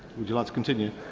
would you like to continue?